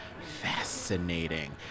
Fascinating